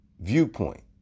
viewpoint